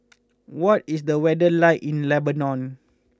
what is the weather like in Lebanon